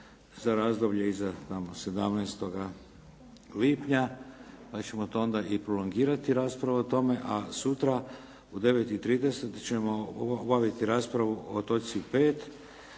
za razdoblje iza tamo 17. lipnja pa ćemo to onda i prolongirati raspravu o tome. A sutra u 9,30 sati ćemo obaviti raspravu o točci 5.